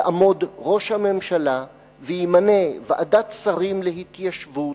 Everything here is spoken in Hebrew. יעמוד ראש הממשלה וימנה ועדת שרים להתיישבות,